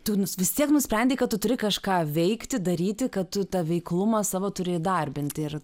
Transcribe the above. tu vis tiek nusprendei kad tu turi kažką veikti daryti kad tu tą veiklumą savo turi įdarbinti ir